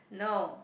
no